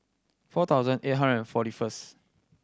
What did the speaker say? four thousand eight hundred and forty first